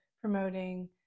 promoting